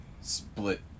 split